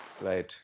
right